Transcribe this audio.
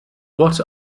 what